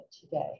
today